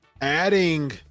adding